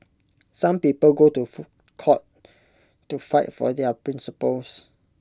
some people go to court to fight for their principles